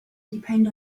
depend